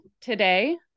today